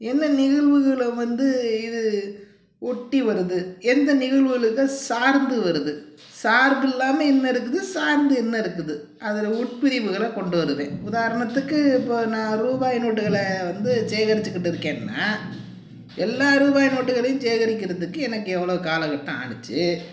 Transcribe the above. என்ன நிகழ்வுகளை வந்து இது ஒட்டி வருது எந்த நிகழ்வுகள் இதை சார்ந்து வருது சார்பு இல்லாமல் என்ன இருக்குது சார்ந்து என்ன இருக்குது அதன் உட்பிரிவுகள கொண்டு வருவேன் உதாரணத்துக்கு இப்போது நான் ரூபாய் நோட்டுகளை வந்து சேகரிச்சிக்கிட்டு இருக்கேன்னா எல்லா ரூபாய் நோட்டுக்களையும் சேகரிக்கிறதுக்கு எனக்கு எவ்வளோ காலகட்டம் ஆணிச்சு